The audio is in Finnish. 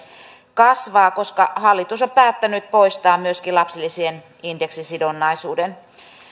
kasvaa koska hallitus on päättänyt poistaa myöskin lapsilisien indeksisidonnaisuuden